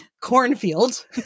Cornfield